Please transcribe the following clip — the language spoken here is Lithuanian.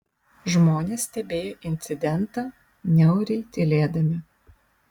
žmonės stebėjo incidentą niauriai tylėdami